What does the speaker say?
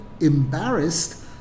embarrassed